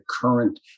current